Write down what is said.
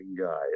guy